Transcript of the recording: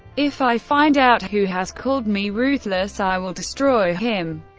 if i find out who has called me ruthless i will destroy him.